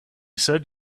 said